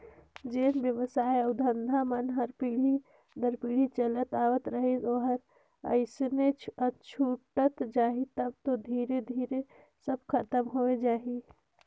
जेन बेवसाय अउ धंधा मन हर पीढ़ी दर पीढ़ी चलत आवत रहिस ओहर अइसने छूटत जाही तब तो धीरे धीरे सब खतम होए जाही